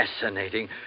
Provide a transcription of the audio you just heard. Fascinating